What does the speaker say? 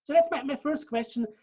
that's my first question,